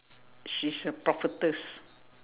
she's a prophetess